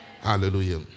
Hallelujah